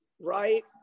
right